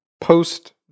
post